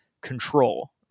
control